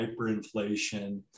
hyperinflation